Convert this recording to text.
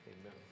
amen